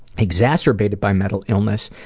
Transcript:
exacerbated by mental illness,